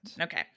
Okay